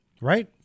Right